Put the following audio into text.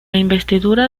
investidura